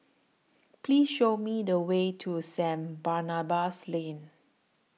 Please Show Me The Way to Saint Barnabas Lane